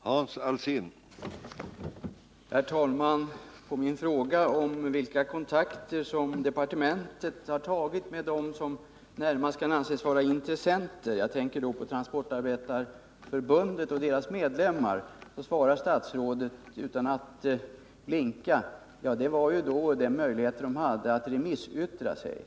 Herr talman! På min fråga om vilka kontakter departementet har tagit med dem som närmast kan anses vara intressenter — jag tänker på Transportarbetareförbundet och dess medlemmar —svarar statsrådet utan att blinka att de ju hade möjligheter att remissyttra sig.